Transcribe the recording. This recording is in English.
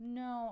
no